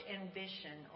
ambition